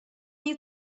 you